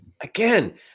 Again